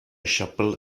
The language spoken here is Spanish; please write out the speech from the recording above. chapelle